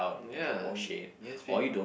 ya newspaper